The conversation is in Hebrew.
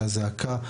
הזעקה,